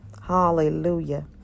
Hallelujah